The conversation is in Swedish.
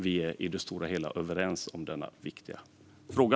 Vi är i det stora hela överens om denna viktiga fråga.